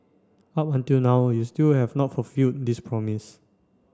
up until now you still have not fulfilled this promise